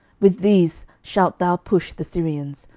with these shalt thou push the syrians,